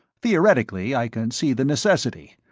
theoretically i can see the necessity,